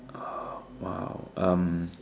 oh !wow! um